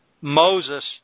Moses